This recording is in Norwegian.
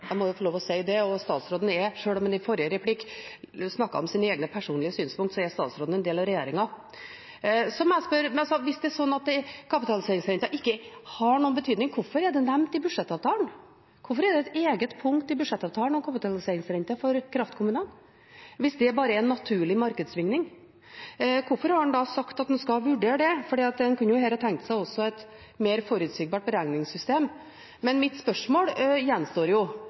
Statsråden er, selv om han i forrige replikk snakket om sine egne personlige synspunkter, en del av regjeringen. Hvis det er slik at kapitaliseringsrenta ikke har noen betydning – hvorfor er den nevnt i budsjettavtalen? Hvorfor er det et eget punkt i budsjettavtalen om kapitaliseringsrenta for kraftkommunene hvis det bare er snakk om en naturlig markedssvingning? Hvorfor har han da sagt at han skal vurdere det? For en kunne jo her også tenkt seg et mer forutsigbart beregningssystem. Men mitt spørsmål gjenstår jo: